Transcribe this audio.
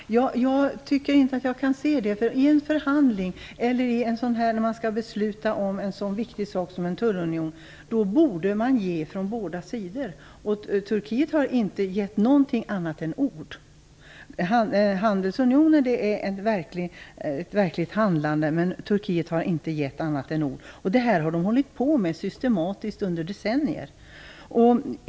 Fru talman! Jag tycker inte att jag kan se det så. I en förhandling eller vid beslut om en så viktig sak som en tullunion borde man ge från båda sidor. Turkiet har inte gett någonting annat än ord. En handelsunion innebär ett verkligt handlande, men Turkiet har som sagt inte gett annat än ord. Det har Turkiet hållit på med systematiskt under decennier.